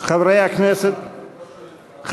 (סעיף 32ה המוצע) נתקבלה.